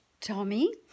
Tommy